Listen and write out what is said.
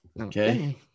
Okay